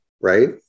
right